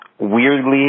weirdly